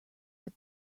but